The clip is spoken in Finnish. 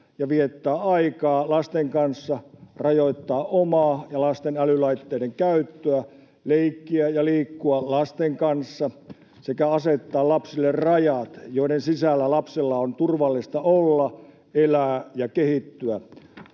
ja viettää aikaa lasten kanssa, rajoittaa omaa ja lasten älylaitteiden käyttöä, leikkiä ja liikkua lasten kanssa sekä asettaa lapsille rajat, joiden sisällä lapsella on turvallista olla, elää ja kehittyä.